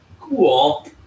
cool